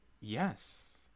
Yes